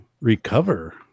Recover